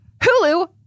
Hulu